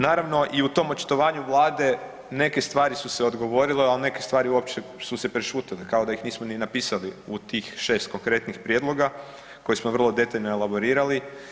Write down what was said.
Naravno i u tom očitovanju Vlade neke stvari su se odgovorile, ali neke stvari uopće su se prešutjele kao da ih nismo ni napisali u tih 6 konkretnih prijedloga koje smo vrlo detaljno elaborirali.